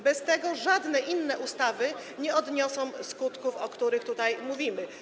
Bez tego żadne inne ustawy nie odniosą skutków, o których tutaj mówimy.